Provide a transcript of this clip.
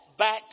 back